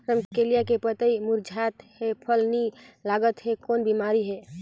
रमकलिया के पतई मुरझात हे फल नी लागत हे कौन बिमारी हे?